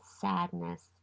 sadness